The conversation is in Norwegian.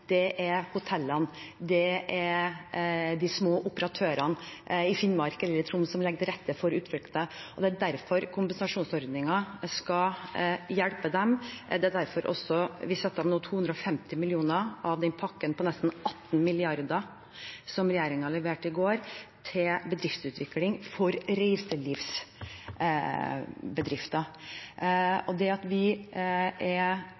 det er hotellene, det er de små operatørene i Finnmark eller Troms som legger til rette for utflukter, og det er derfor kompensasjonsordningen skal hjelpe dem. Det er også derfor vi nå setter av 250 mill. kr av pakken på nesten 18 mrd. kr som regjeringen leverte i går, til bedriftsutvikling for reiselivsbedrifter. Vi er